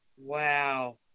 Wow